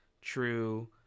true